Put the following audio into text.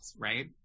right